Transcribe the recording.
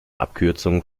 abkürzungen